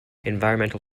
environmental